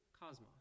cosmos